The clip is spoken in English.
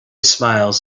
smiles